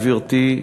גברתי,